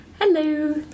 Hello